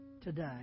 today